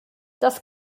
das